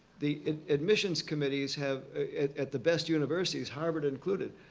the admissions committees have at the best universities, harvard included